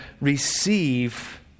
receive